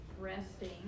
resting